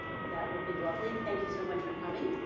that would be lovely. thank you so much for coming